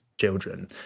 children